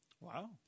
Wow